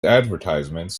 advertisements